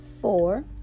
Four